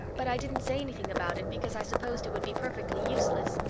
but i didn't say anything about it, because i supposed it would be perfectly useless.